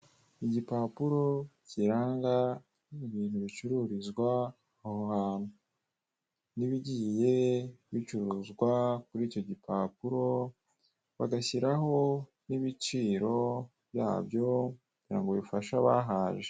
Igipapuro kiranga ibintu bicuruzwa aho hantu n'ibigiye bicuruzwa kuri icyo gipapuro bagashyiraho n'ibiciro byabyo kugira bifashe abahaje.